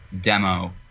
demo